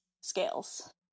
scales